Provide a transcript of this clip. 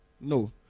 No